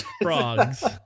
frogs